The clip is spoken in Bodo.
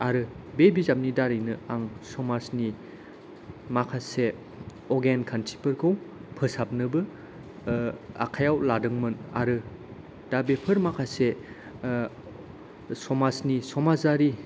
आरो बे बिजाबनि दारैनो आं समाजनि माखासे अगेन खान्थिफोरखौ फोसाबनोबो आखायाव लादोंमोन आरो दा बेफोर माखासे समाजनि समाजारि